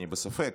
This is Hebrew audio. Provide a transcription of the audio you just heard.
אני בספק,